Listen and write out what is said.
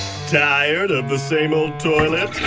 tired of the same old toilet?